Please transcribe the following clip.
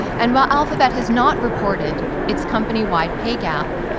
and while alphabet has not reported its companywide pay gap,